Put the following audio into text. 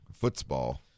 football